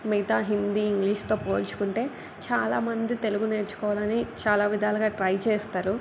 మిగతా హిందీ ఇంగ్లీష్తో పోల్చుకుంటే చాలా మంది తెలుగు నేర్చుకోవాలని చాలా విధాలుగా ట్రై చేస్తారు